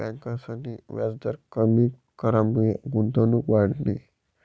ब्यांकसनी व्याजदर कमी करामुये गुंतवणूक वाढनी